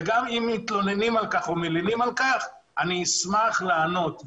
גם אם מתלוננים ומלינים על כך, אשמח לענות.